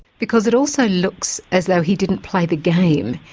because it also looks as though he didn't play the game,